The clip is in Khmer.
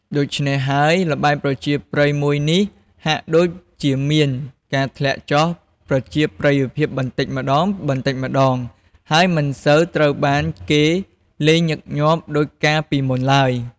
ដូច្នេះហើយល្បែងប្រជាប្រិយមួយនេះ ហាក់ដូចជាមានការធ្លាក់ចុះប្រជាប្រិយភាពបន្តិចម្តងៗ ហើយមិនសូវត្រូវបានគេលេងញឹកញាប់ដូចកាលពីមុនឡើយ។